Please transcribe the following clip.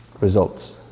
results